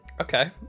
Okay